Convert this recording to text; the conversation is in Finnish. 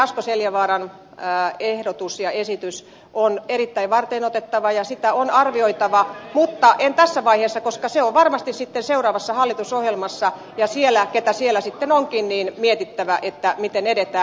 asko seljavaaran ehdotus ja esitys on erittäin varteenotettava ja sitä on arvioitava mutta en tässä vaiheessa arvioi koska se on varmasti sitten seuraavassa hallitusohjelmassa keitä hallituksessa sitten onkin mietittävänä miten edetään